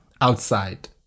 outside